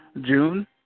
June